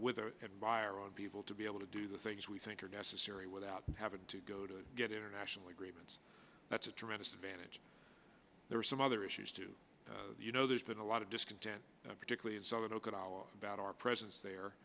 bahraini people to be able to do the things we think are necessary without having to go to get international agreements that's a tremendous advantage there are some other issues too you know there's been a lot of discontent particularly in southern okinawa about our presence there